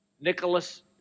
Nicholas